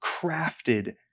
crafted